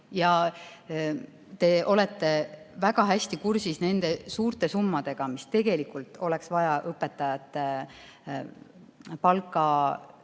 Ja te olete väga hästi kursis nende suurte summadega, mis tegelikult oleks vaja õpetajate palga